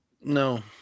no